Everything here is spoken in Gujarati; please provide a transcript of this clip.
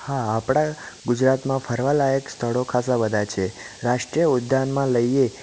હા આપણાં ગુજરાતમાં ફરવા લાયક સ્થળો ખાસા બધાં છે રાષ્ટ્રીય ઉદ્યાનમાં લઈએ